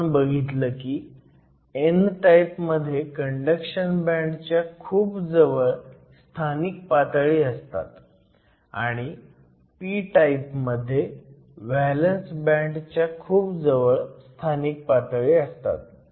आपण बघितलं की n टाईप मध्ये कंडक्शन बँड च्या खूप जवळ स्थानिक पातळी असतात आणि p टाईप मध्ये व्हॅलंस बँड च्या खूप जवळ स्थानिक पातळी असतात